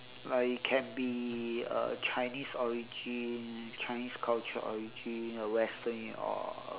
uh it can be a chinese origin chinese culture origin a western or uh